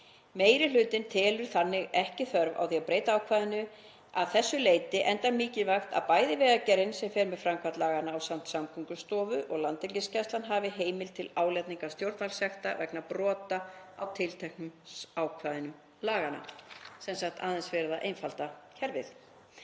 Meiri hlutinn telur þannig ekki þörf á því að breyta ákvæðinu að þessu leyti, enda mikilvægt að bæði Vegagerðin, sem fer með framkvæmd laganna ásamt Samgöngustofu, og Landhelgisgæslan hafi heimild til álagningar stjórnvaldssekta vegna brota á tilteknum ákvæðum laganna. Það er sem sagt aðeins verið að einfalda kerfið.